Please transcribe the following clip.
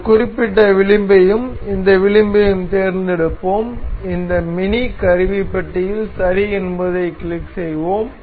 இந்த குறிப்பிட்ட விளிம்பையும் இந்த விளிம்பையும் தேர்ந்தெடுப்போம் இந்த மினி கருவிப்பட்டியில் சரி என்பதைக் கிளிக் செய்வோம்